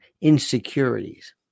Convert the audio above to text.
insecurities